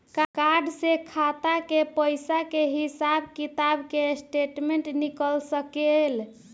Card से खाता के पइसा के हिसाब किताब के स्टेटमेंट निकल सकेलऽ?